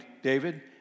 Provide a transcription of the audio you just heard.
David